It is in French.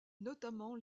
notamment